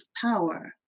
power